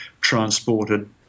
transported